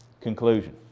Conclusion